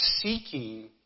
seeking